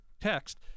text